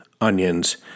Onions